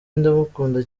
ndamukunda